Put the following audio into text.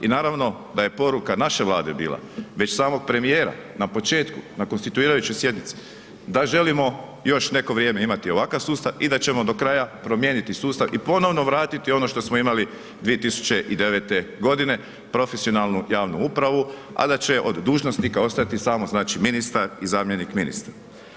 I naravno da je poruka naše Vlade bila već samog premijera na početku, na konstituirajućoj sjednici da želimo još neko vrijeme imati ovakav sustav i da ćemo do kraja promijeniti sustav i ponovno vratiti ono što smo imali 2009. godine profesionalnu javnu upravu a da će od dužnosnika ostati samo znači ministar i zamjenik ministra.